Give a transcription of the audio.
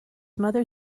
mother